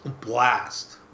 blast